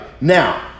now